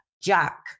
Jack